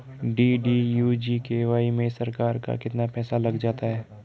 DDU GKY में सरकार का कितना पैसा लग जाता है?